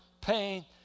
pain